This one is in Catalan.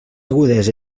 agudesa